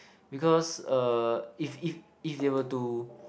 because uh if if if they were to